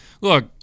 look